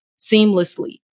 seamlessly